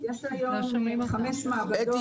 יש לה היום חמש מעבדות.